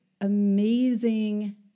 amazing